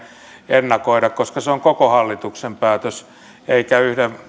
ennakoida se on koko hallituksen päätös eikä yhden